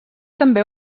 també